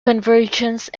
convergence